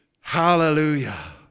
Hallelujah